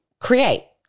create